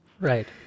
Right